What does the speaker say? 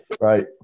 right